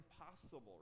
impossible